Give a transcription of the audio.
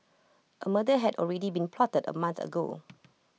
A murder had already been plotted A month ago